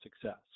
success